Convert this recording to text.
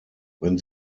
wenn